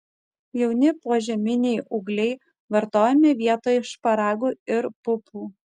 jauni požeminiai ūgliai vartojami vietoj šparagų ir pupų